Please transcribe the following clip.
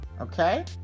okay